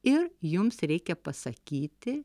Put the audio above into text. ir jums reikia pasakyti